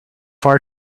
far